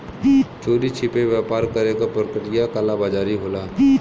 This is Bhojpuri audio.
चोरी छिपे व्यापार करे क प्रक्रिया कालाबाज़ारी होला